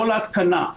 לא להתקנה,